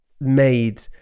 made